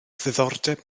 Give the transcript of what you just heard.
ddiddordeb